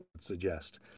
suggest